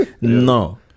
No